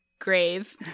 grave